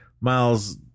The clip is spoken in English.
Miles